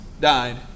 died